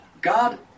God